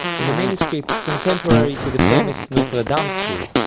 in a manuscript contemporary to the famous notre dame school,